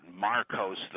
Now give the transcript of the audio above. Marcos